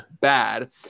bad